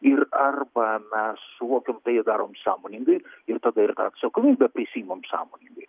ir arba mes suvokiam tai ir darom sąmoningai ir tada ir tą atsakomybę prisiimam sąmoningai